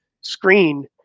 screen